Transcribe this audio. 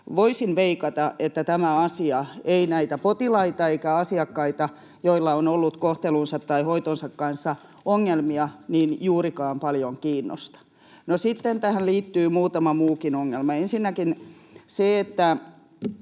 Voisin veikata, että tämä asia ei näitä potilaita eikä asiakkaita, joilla on ollut kohtelunsa tai hoitonsa kanssa ongelmia, juurikaan paljon kiinnosta. No, sitten tähän liittyy muutama muukin ongelma. Ensinnäkin, kun